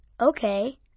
Okay